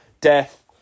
death